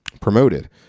promoted